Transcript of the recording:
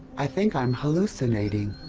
i think i'm hallucinating.